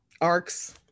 arcs